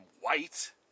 white